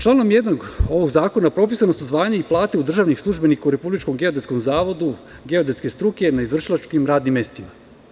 Članom 1. ovog zakona su propisana zvanja i plate državnih službenika u Republičkom geodetskom zavodu geodetske struke na izvršilačkim radnim mestima.